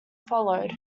followed